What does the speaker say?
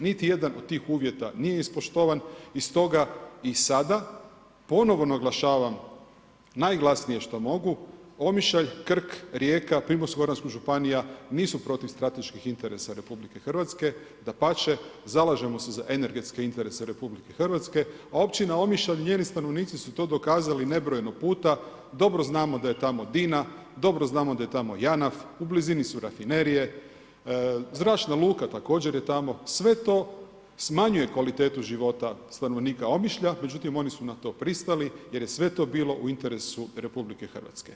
Niti jedan od tih uvjeta nije ispoštovan i stoga, i sada, ponovo naglašavam najglasnije šta mogu, Omišalj, Krk, Rijeka, primorsko-goranska županija nisu protiv strateških interesa RH, dapače zalažemo se za energetske interese RH, a općina Omišalj i njeni stanovnici su to dokazali nebrojeno puta, dobro znamo da je tamo DINA, dobro znamo da je tamo JANAF, u blizini su rafinerije, zračna luka također je tamo, sve to smanjuje kvalitetu života stanovnika Omišlja, međutim oni su na to pristali jer je sve to bilo u interesu RH.